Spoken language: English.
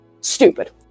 Stupid